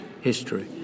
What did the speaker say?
history